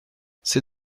c’est